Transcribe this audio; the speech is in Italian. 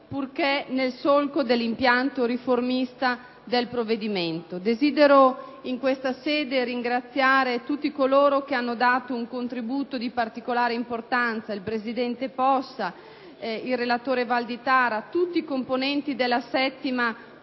purché nel solco dell'impianto riformista del provvedimento. Desidero in questa sede ringraziare tutti coloro che hanno dato un contributo di particolare importanza: il presidente Possa, il relatore, senatore Valditara, e tutti i componenti della 7a